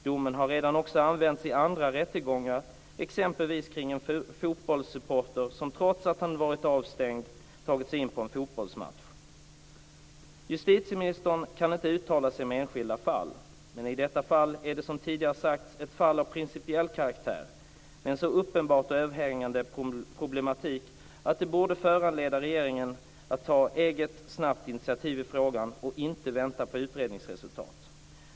Domen har också redan använts i andra rättegångar, exempelvis kring en fotbollssupporter som trots att han varit avstängd tagit sig in på en fotbollsmatch. Justitieministern kan inte uttala sig om enskilda fall, men detta fall är, som tidigare sagts, ett fall av principiell karaktär, med en så uppenbart överhängande problematik att det borde föranleda regeringen att ta ett eget snabbt initiativ i frågan och inte vänta på utredningsresultat.